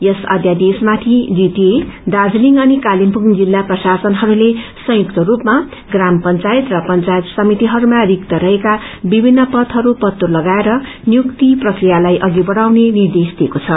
यस अध्यादेशमाथि जीटीए दार्जीलिङ अनि कालेबुङ जिल्ला प्रशासनहस्ले संयुक्त रूपमा ग्राम पंचायत र पंचायत समितिहरूमा रिक्त रहेका विभित्र पदहरू पत्तो लगाएर नियुक्ति प्रक्रियालाई अधि बढाउने निर्देश दिइएको छ